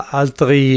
altri